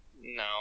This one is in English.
No